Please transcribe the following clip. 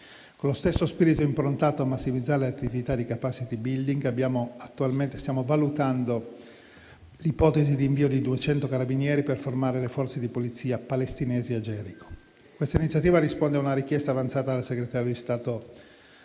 Con lo stesso spirito, improntato a massimizzare le attività di *capacity building*, stiamo valutando l'ipotesi dell'invio di 200 carabinieri per formare le forze di polizia palestinesi a Gerico. Questa iniziativa risponde a una richiesta avanzata dal segretario di Stato